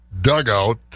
dugout